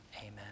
Amen